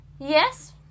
Yes